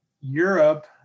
Europe